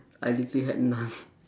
I literally had none